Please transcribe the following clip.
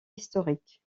historiques